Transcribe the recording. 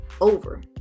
over